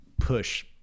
push